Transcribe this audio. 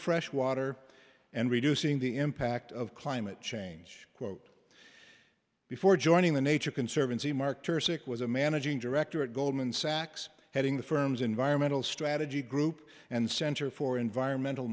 fresh water and reducing the impact of climate change quote before joining the nature conservancy marked or sick was a managing director at goldman sachs heading the firm's environmental strategy group and center for environmental